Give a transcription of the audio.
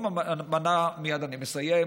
אני מסיים,